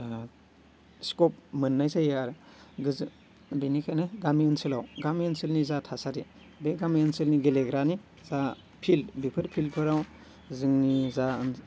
scope मोननाय जायो आरो गोजो बिनिखायनो गामि ओनसोलाव गामि ओनसोलनि जा थासारि बे गामि ओनसोलनि गेलेग्रानि जा फिल्ड बेफोर फिल्डफोराव जोंनि जा